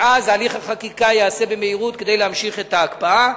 ואז הליך החקיקה ייעשה במהירות כדי להמשיך את ההקפאה.